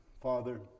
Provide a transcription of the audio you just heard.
Father